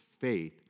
faith